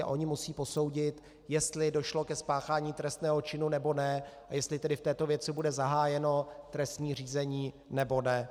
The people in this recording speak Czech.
Oni musí posoudit, jestli došlo ke spáchání trestného činu, nebo ne a jestli tedy v této věci bude zahájeno trestní řízení, nebo ne.